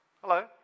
hello